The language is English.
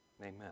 Amen